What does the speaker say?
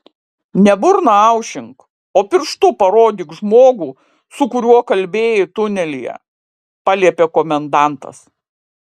ne burną aušink o pirštu parodyk žmogų su kuriuo kalbėjai tunelyje paliepė komendantas